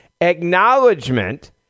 acknowledgement